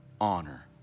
honor